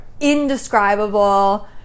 indescribable